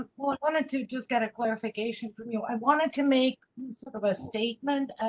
ah wanted to just get a clarification from you. i wanted to make sort of a statement